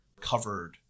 covered